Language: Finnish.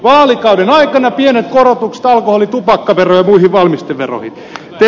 vaalikauden aikana pienet korotukset alkoholi tupakkaveroon ja muihin valmisteveroihin